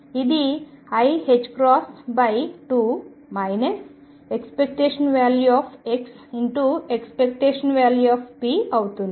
ఇది iℏ2 ⟨x⟩⟨p⟩ అవుతుంది